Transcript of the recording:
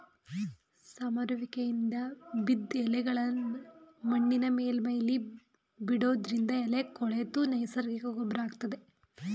ಸಮರುವಿಕೆಯಿಂದ ಬಿದ್ದ್ ಎಲೆಗಳ್ನಾ ಮಣ್ಣಿನ ಮೇಲ್ಮೈಲಿ ಬಿಡೋದ್ರಿಂದ ಎಲೆ ಕೊಳೆತು ನೈಸರ್ಗಿಕ ಗೊಬ್ರ ಆಗ್ತದೆ